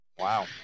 wow